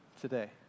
today